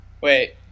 Wait